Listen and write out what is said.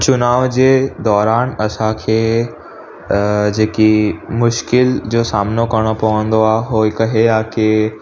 चुनाव जे दौरानि असांखे जेकी मुश्किल जो सामनो करिणो पवंदो आहे उहो हिकु इहो आहे की